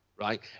right